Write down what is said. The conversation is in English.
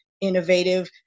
innovative